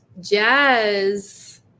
jazz